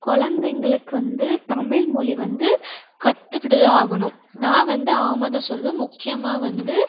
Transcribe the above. கொழந்தைங்களுக்கு வந்து தமிழ் மொழி வந்து கற்றுக்கிட்டுதான் ஆகணும் நான் வந்து ஆமாம்தான் சொல்லுவேன் முக்கியமாக வந்து